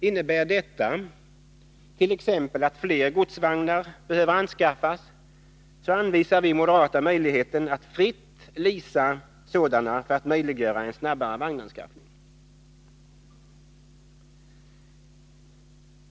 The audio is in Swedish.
Innebär detta t.ex. att fler godsvagnar behöver anskaffas, anvisar vi moderater möjligheten att fritt leasa sådana för att möjliggöra en snabbare vagnanskaffning.